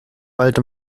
bald